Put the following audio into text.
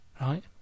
Right